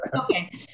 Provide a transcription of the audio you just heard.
Okay